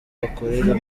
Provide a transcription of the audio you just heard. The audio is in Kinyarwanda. akorera